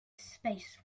space